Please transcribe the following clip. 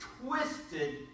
twisted